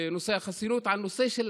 בנושא החסינות, את הנושא של